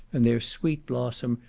and their sweet blossom,